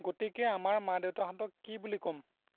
গতিকে আমাৰ মা দেউতাহঁতক কি বুলি কম